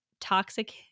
toxic